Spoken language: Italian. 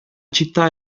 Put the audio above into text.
città